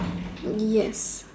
yes